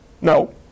No